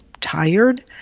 tired